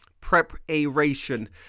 Preparation